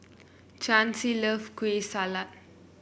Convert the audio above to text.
Chancy loves Kueh Salat